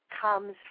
comes